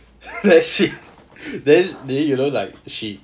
let's see then you know like she